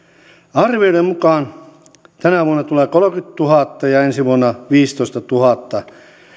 arvioiden mukaan tänä vuonna tulee kolmekymmentätuhatta ja ensi vuonna viisitoistatuhatta